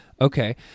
Okay